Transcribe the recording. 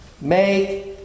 make